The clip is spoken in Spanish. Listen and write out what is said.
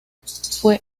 fue